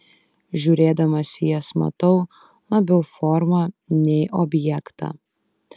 žiūrėdamas į jas matau labiau formą nei objektą